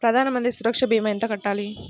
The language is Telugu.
ప్రధాన మంత్రి సురక్ష భీమా ఎంత కట్టాలి?